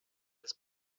des